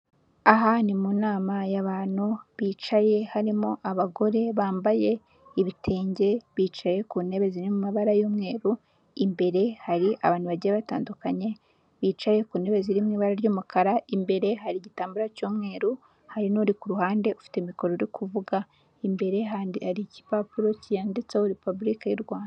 Aha ni mu nama y'abantu bicaye harimo abagore bambaye ibitenge, bicaye ku ntebe ziri mu mabara y'umweru, imbere hari abantu bagiye batandukanye, bicaye ku ntebe zirimo ibara ry'umukara, imbere hari igitambaro cy'umweru ,hari nuri ku ruhande ufite mikoro uri kuvuga, imbere kandi hari igipapuro cyanditseho Repubulika y'u Rwanda.